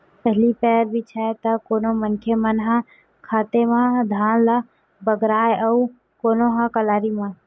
पहिली पैर छितय त कोनो मनखे मन ह हाते म धान ल बगराय अउ कोनो ह कलारी म